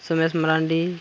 Suraj Marandi